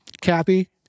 Cappy